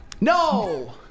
No